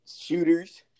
shooters –